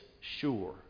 sure